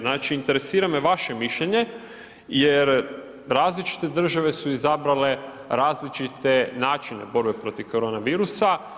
Znači interesira me vaše mišljenje jer različite države su izabrale različite načine borbe protiv korona virusa.